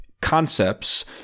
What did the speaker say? concepts